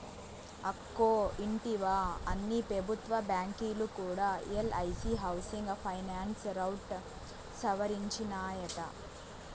అక్కో ఇంటివా, అన్ని పెబుత్వ బాంకీలు కూడా ఎల్ఐసీ హౌసింగ్ ఫైనాన్స్ రౌట్ సవరించినాయట